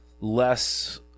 less